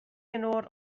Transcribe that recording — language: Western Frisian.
inoar